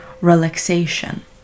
relaxation